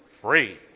free